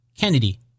Kennedy